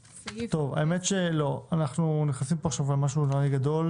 האמת היא שאנחנו נכנסים עכשיו לנושא ממש גדול